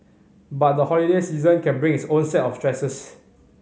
but the holiday season can bring its own set of stresses